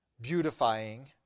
beautifying